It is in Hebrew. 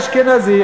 אשכנזי,